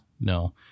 No